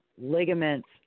ligaments